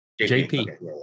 JP